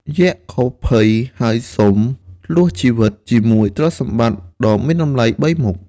យក្សក៏ភ័យ ហើយសុំលោះជីវិតជាមួយទ្រព្យសម្បត្តិដ៏មានតម្លៃបីមុខ។